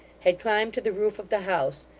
had climbed to the roof of the house,